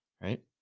right